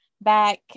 back